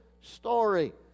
story